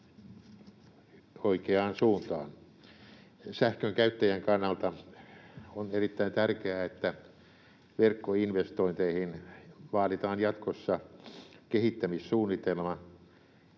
Sähkön käyttäjän kannalta on erittäin tärkeää, että verkkoinvestointeihin vaaditaan jatkossa kehittämissuunnitelma,